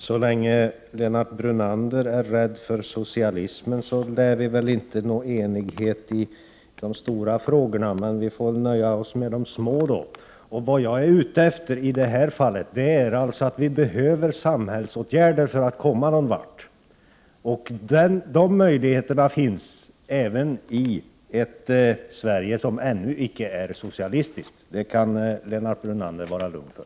Herr talman! Vi lär inte nå enighet i de stora frågorna så länge Lennart Brunander är rädd för socialismen, så vi får nöja oss med de små. Jag efterlyser samhällsåtgärder här för att man skall kunna komma någon vart. Dessa möjligheter finns även i ett Sverige som ännu icke är socialistiskt. Det kan Lennart Brunander vara lugn för!